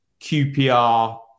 QPR